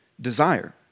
desire